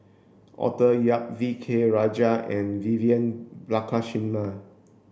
Arthur Yap V K Rajah and Vivian Balakrishnan